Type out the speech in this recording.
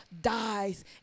dies